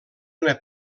una